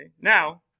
Now